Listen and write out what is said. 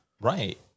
Right